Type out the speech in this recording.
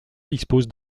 dispose